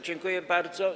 Dziękuję bardzo.